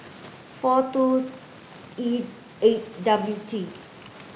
four two E eight W T